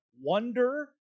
wonder